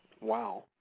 Wow